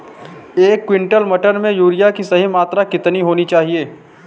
एक क्विंटल मटर में यूरिया की सही मात्रा कितनी होनी चाहिए?